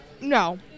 No